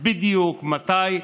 בדיוק מתי.